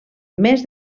més